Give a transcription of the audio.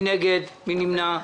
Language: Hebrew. מי נגד, מי נמנע?